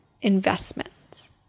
investments